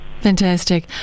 Fantastic